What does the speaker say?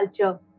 culture